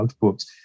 books